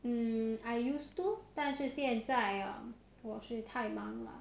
mm I used to 但是现在啊我是太忙